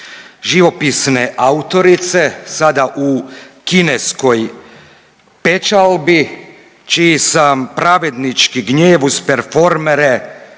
živopisne autorice sada u kineskoj pečalbi čiji sam pravednički gnjev uz performere,